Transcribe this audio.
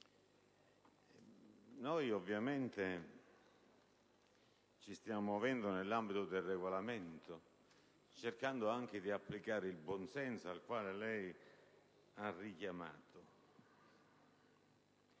noi ovviamente ci stiamo muovendo nell'ambito del Regolamento, cercando anche di applicare il buon senso al quale lei ha richiamato.